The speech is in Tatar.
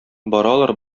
баралар